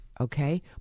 okay